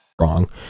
Wrong